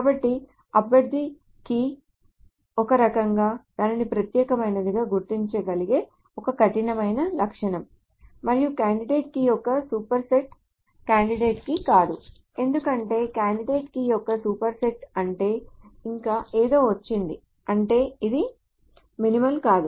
కాబట్టి అభ్యర్థి కీ ఒకరకంగా దానిని ప్రత్యేకమైనదిగా గుర్తించగలిగే ఒక కఠినమైన లక్షణం మరియు కాండిడేట్ కీ యొక్క సూపర్ సెట్ కాండిడేట్ కీ కాదు ఎందుకంటే కాండిడేట్ కీ యొక్క సూపర్ సెట్ అంటే ఇంకా ఏదో వచ్చింది అంటే ఇది మినిమల్ కాదు